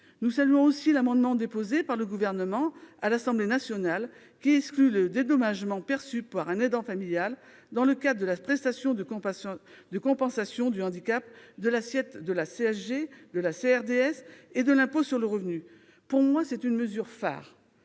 Nous saluons aussi l'amendement déposé par le Gouvernement à l'Assemblée nationale qui exclut le dédommagement perçu par un aidant familial dans le cadre de la prestation de compensation du handicap de l'assiette de la CSG, de la CRDS et de l'impôt sur le revenu. Pour moi, c'est une mesure phare.